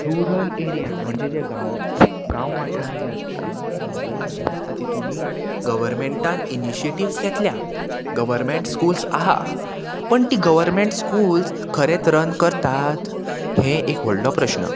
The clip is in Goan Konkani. रुरल एरिया म्हणजे जे गांव गांव वाठार जे आसता गांवकरी वाठार आसता तितून गवरमेंटान इनिशिएटिव्स घेतल्या गवर्मेंट स्कुल्स आहा पण ती गवर्मेंट स्कुल्स खरेत रन करतात हें एक व्हडलो प्रश्न